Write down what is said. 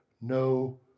no